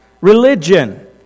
religion